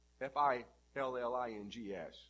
F-I-L-L-I-N-G-S